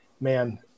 man